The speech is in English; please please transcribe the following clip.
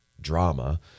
drama